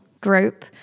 group